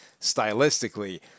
stylistically